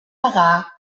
pagar